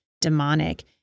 demonic